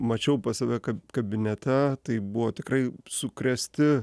mačiau pas save kabinete tai buvo tikrai sukrėsti